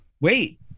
Wait